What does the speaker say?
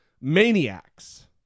maniacs